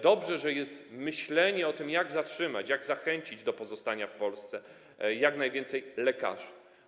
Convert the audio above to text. Dobrze, że jest myślenie o tym, jak zatrzymać, jak zachęcić do pozostania w Polsce jak najwięcej lekarzy.